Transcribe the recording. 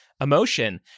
emotion